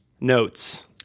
notes